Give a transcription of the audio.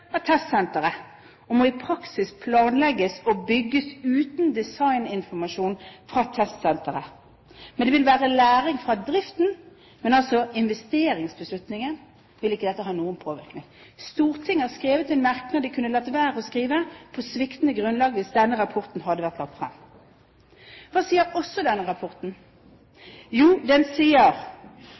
og må i praksis planlegges og bygges uten designinformasjon fra testsenteret. Det vil være læring fra driften, men investeringsbeslutningen vil ikke dette ha noen påvirkning på. Stortinget har skrevet en merknad – på sviktende grunnlag – som det kunne latt være å skrive hvis denne rapporten hadde vært lagt frem. Hva sier denne rapporten videre? Jo, den sier